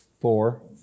four